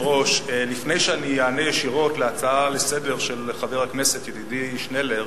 לפני שאני אענה ישירות על ההצעה לסדר-היום של חבר הכנסת ידידי שנלר